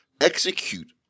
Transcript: execute